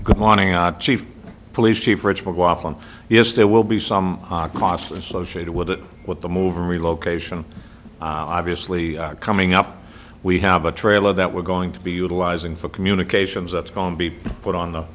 good morning our chief police chief original go off on yes there will be some cost associated with it with the move relocation obviously coming up we have a trailer that we're going to be utilizing for communications that's going to be put on the